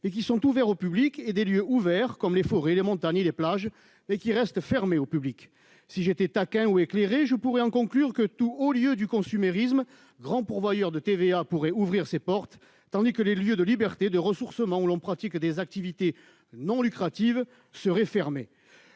qui sont ouverts au public, et des lieux ouverts, comme les forêts, les montagnes et les plages, qui sont fermés au public. Si j'étais taquin ou éclairé, je pourrais en conclure que les hauts lieux du consumérisme, grands pourvoyeurs de TVA, peuvent ouvrir leurs portes, tandis que les lieux de liberté et de ressourcement, où l'on pratique des activités non lucratives, doivent rester